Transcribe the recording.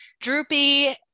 droopy